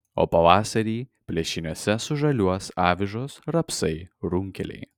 o pavasarį plėšiniuose sužaliuos avižos rapsai runkeliai